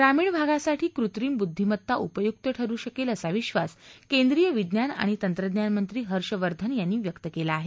ग्रामीण भागासाठी कृत्रिम बुध्दीमत्ता उपयुक ठरु शकेल असा विश्वास केंद्रीय विज्ञान आणि तंत्रज्ञानमंत्री हर्षवर्धन यांनी व्यक्त केला आहे